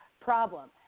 problem